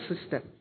system